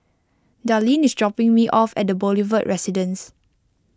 Darline is dropping me off at Boulevard Residence